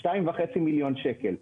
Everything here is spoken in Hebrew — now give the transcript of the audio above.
2.5 מיליון שקל.